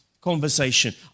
conversation